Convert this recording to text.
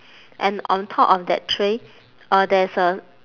and on top of that tray uh there's a